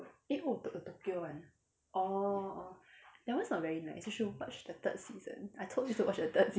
eh oh to~ tokyo one orh orh that one is not very nice you should watch the third season I told you to watch the third season